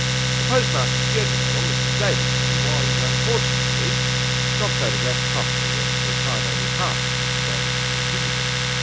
the post master general, mr davidson, was unfortunately not photographed properly and for a time only half of mr davidson was visible.